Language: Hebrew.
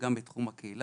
זה לא ברור מאליו.